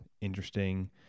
interesting